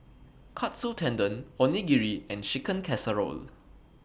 Katsu Tendon Onigiri and Chicken Casserole